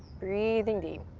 breathing deep.